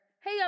hey